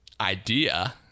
idea